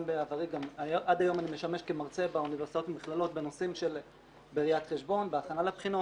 עד היום אני משמש כמרצה באוניברסיטאות ובמכללות בראיית חשבון,